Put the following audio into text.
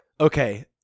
okay